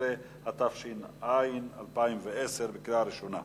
13), התש"ע 2010, קריאה ראשונה.